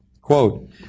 Quote